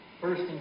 First